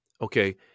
okay